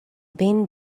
been